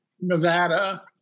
Nevada